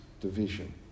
division